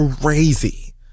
crazy